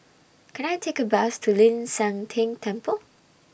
Can I Take A Bus to Ling San Teng Temple